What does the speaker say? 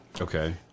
Okay